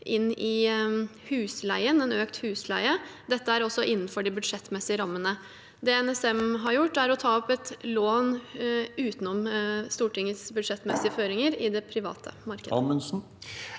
inn i en økt husleie. Dette er også innenfor de budsjettmessige rammene. Det NSM har gjort, er å ta opp et lån utenom Stortingets budsjettmessige føringer i det private markedet.